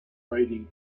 writing